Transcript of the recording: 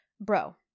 bro